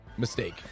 Mistake